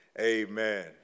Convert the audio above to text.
Amen